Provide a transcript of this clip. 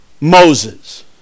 Moses